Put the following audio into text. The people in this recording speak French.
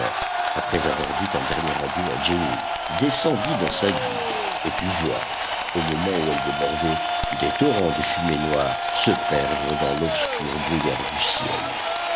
après avoir dit un dernier adieu à jenny descendit dans sa guigue et put voir au moment où elle débordait des torrents de fumée noire se perdre dans l'obscur brouillard du ciel